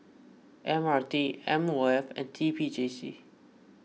M R T M O F and T P J C